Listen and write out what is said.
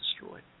destroyed